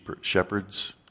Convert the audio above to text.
shepherd's